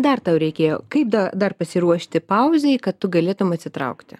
dar tau reikėjo kaip da dar pasiruošti pauzei kad tu galėtum atsitraukti